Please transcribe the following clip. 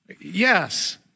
Yes